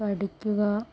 പഠിക്കുക